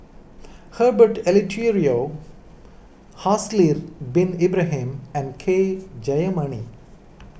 Herbert Eleuterio Haslir Bin Ibrahim and K Jayamani